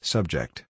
Subject